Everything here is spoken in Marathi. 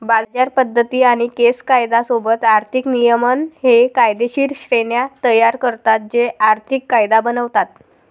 बाजार पद्धती आणि केस कायदा सोबत आर्थिक नियमन हे कायदेशीर श्रेण्या तयार करतात जे आर्थिक कायदा बनवतात